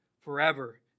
forever